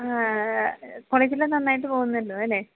കോളേജെല്ലാം നന്നായിട്ട് പോകുന്നുവല്ലോ അല്ലേ